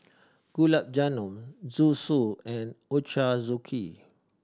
Gulab Jamun Zosui and Ochazuke